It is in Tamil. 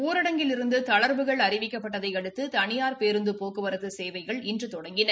ஊரடங்கிலிருந்து தளா்வுகள் அளிக்கப்பட்டதை அடுத்து தனியாா் பேருந்து போக்குவரத்து சேவைகள் இன்று தொடங்கியது